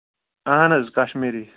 اَہَن حظ کشمیٖری